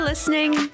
listening